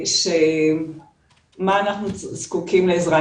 מה אנחנו זקוקים לעזרה.